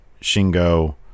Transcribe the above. Shingo